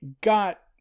got